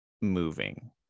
moving